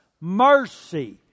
mercy